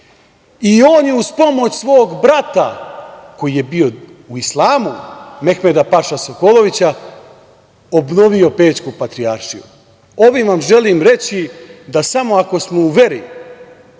i on je uz pomoć svog brata, koji je bio u islamu Mehmeda-paše Sokolovića, obnovio Pećku patrijaršiju. Ovim vam želim reći da samo ako smo u veri,